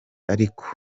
ariko